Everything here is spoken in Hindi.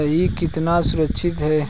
यह कितना सुरक्षित है?